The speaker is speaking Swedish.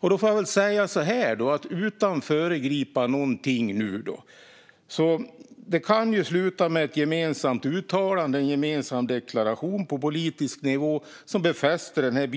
Då får jag väl säga så här, utan att föregripa någonting: Det kan sluta med ett gemensamt uttalande, en gemensam deklaration, på politisk nivå som befäster den